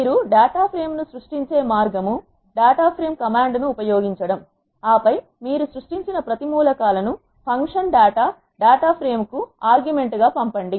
మీరు data frame ను సృష్టించే మార్గం డేటా ఫ్రేమ్ కమాండ్ ను ఉపయోగించడం ఆపై మీరు సృష్టించిన ప్రతి మూలకాలను ఫంక్షన్ డేటా డాట్ ప్రేమ్ కు ఆర్గ్యుమెంట్ గా పంపండి